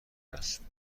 است